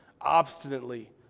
obstinately